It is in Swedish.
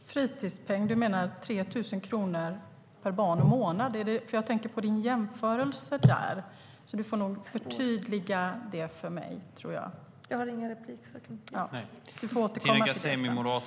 Herr talman! Du talar om fritidspeng, Tina Ghasemi. Menar du 3 000 kronor per barn och månad? Jag tänker på din jämförelse där. Du får nog förtydliga det för mig.: Jag har ingen replik kvar, så jag kan inte göra det.